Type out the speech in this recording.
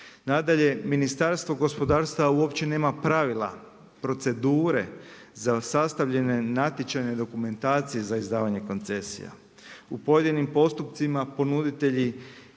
Nadalje, Ministarstvo gospodarstva uopće nema pravila, procedure, za sastavljen natječajne dokumentacije za izdavanje koncesija. U pojedinim postupcima, ponuditelji